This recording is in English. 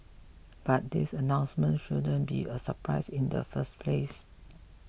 but this announcement shouldn't be a surprise in the first place